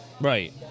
Right